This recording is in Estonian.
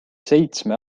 seitsme